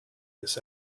this